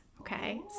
Okay